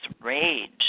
rage